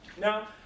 Now